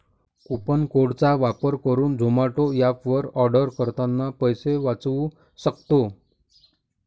coupon code चा वापर करुन झोमाटो एप वर आर्डर करतांना पैसे वाचउ सक्तो